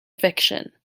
fiction